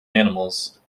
animals